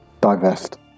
Divest